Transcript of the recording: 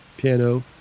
piano